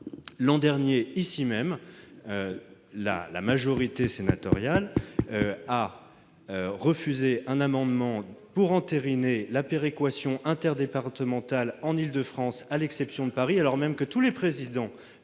L'an dernier, ici même, la majorité sénatoriale a refusé un amendement visant à entériner la péréquation interdépartementale en Île-de-France à l'exception de Paris, alors même que tous les présidents